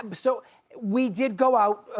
um so we did go out,